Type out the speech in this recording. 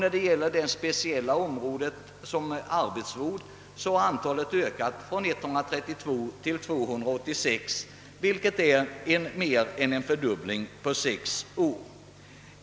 När det gäller det speciella området arbetsvård har antalet ökat från 132 till 286, vilket är mer än en fördubbling på sex år.